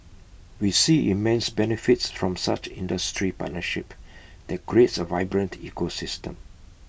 we see immense benefits from such industry partnership that creates A vibrant ecosystem